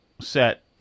set